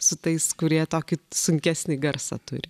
su tais kurie tokį sunkesnį garsą turi